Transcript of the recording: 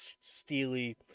steely